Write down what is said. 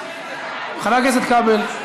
חבר הכנסת כבל,